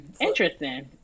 interesting